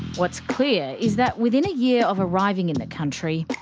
what's clear is that within a year of arriving in the country,